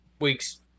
weeks